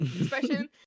expression